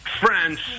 France